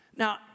Now